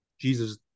Jesus